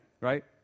right